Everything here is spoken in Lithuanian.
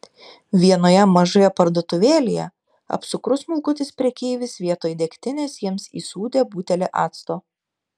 vienoje mažoje parduotuvėlėje apsukrus smulkutis prekeivis vietoj degtinės jiems įsūdė butelį acto